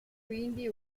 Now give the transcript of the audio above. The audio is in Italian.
quindi